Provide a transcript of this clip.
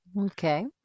Okay